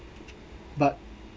but